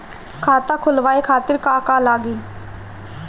खाता खोलवाए खातिर का का लागी?